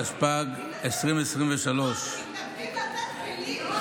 התשפ"ג 2023. אתם מתנגדים לתת כלים?